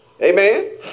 Amen